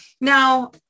Now